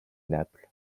naples